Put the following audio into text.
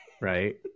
Right